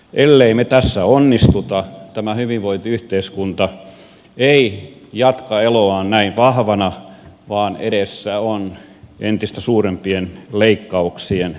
ellemme me tässä onnistu tämä hyvinvointiyhteiskunta ei jatka eloaan näin vahvana vaan edessä on entistä suurempien leikkauksien tie